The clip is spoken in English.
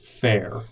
Fair